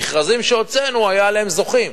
מהמכרזים שהוצאנו היו להם זוכים.